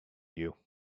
you